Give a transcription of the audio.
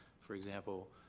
for example,